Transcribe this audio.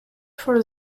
for